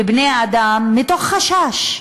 בבני-אדם "מתוך חשש"